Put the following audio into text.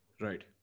Right